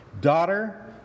daughter